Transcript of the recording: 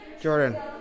Jordan